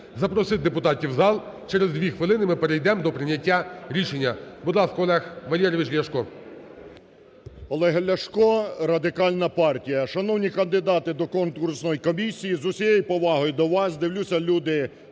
запросити депутатів в зал, через дві хвилини ми перейдемо до прийняття рішення. Будь ласка, Олег Валерійович Ляшко. 11:38:38 ЛЯШКО О.В. Олег Ляшко, Радикальна партія. Шановні кандидати до конкурсної комісії, з усією повагою до вас, дивлюся, люди дорослі,